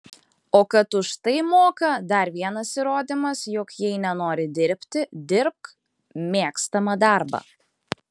o kad už tai moka dar vienas įrodymas jog jei nenori dirbti dirbk mėgstamą darbą